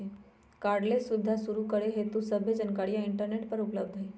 cardless सुबीधा शुरू करे हेतु सभ्भे जानकारीया इंटरनेट पर उपलब्ध हई